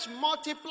multiply